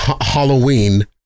Halloween